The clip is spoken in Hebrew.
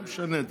לא משנה.